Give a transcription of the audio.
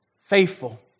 faithful